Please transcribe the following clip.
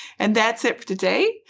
and that's it for today.